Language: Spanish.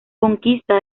conquista